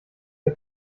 der